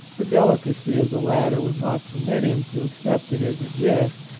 the delicacy of the latter would not permit him to accept it as a gift,